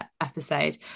episode